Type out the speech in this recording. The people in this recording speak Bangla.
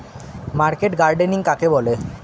মার্কেট গার্ডেনিং কাকে বলে?